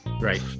Right